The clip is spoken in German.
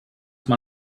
mal